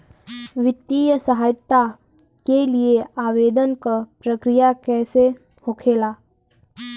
वित्तीय सहायता के लिए आवेदन क प्रक्रिया कैसे होखेला?